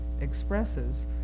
expresses